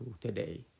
today